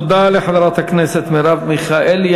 תודה לחברת הכנסת מרב מיכאלי.